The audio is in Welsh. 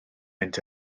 mynd